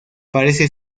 parece